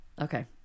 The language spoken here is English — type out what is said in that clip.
Okay